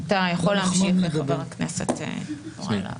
אתה יכול להמשיך, חבר הכנסת יוראי להב.